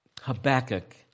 Habakkuk